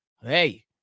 Hey